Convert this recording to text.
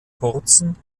kurzen